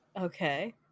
Okay